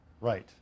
Right